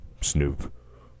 Snoop